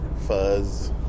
Fuzz